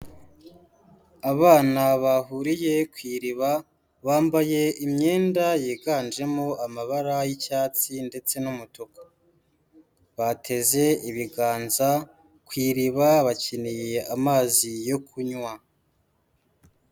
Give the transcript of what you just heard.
Abana bahuriye ku iriba bambaye imyenda yiganjemo amabara y'icyatsi ndetse n'umutuku, bateze ibiganza ku iriba bakeneye amazi yo kunywa.